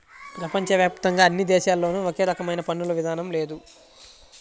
ప్రపంచ వ్యాప్తంగా అన్ని దేశాల్లోనూ ఒకే రకమైన పన్నుల విధానం లేదు